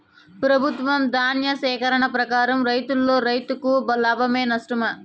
ప్రభుత్వం ధాన్య సేకరణ ప్రకారం రేటులో రైతుకు లాభమేనా నష్టమా?